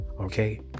okay